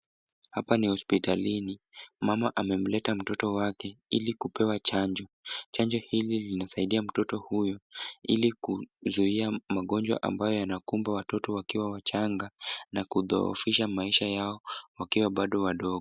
Hapa ni hospitalini, mama amemleta mtoto wake ili kupewa chanjo. Chanjo hili linasaidia mtoto huyu ili kuzuia magonjwa ambayo yanakumba watoto wakiwa wachanga na kudhoofisha maisha yao, wakiwa bado wadogo.